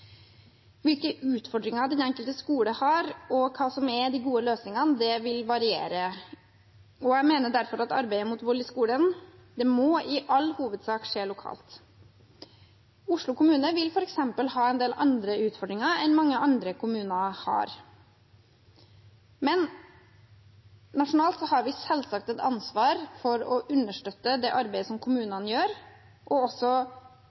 Hvilke utfordringer den enkelte skole har, og hva som er de gode løsningene, vil variere. Jeg mener derfor at arbeidet mot vold i skolen i all hovedsak må skje lokalt. Oslo kommune vil f.eks. ha en del andre utfordringer enn mange andre kommuner. Men nasjonalt har vi selvsagt et ansvar for å understøtte det arbeidet kommunene gjør, og også